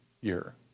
year